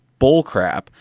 bullcrap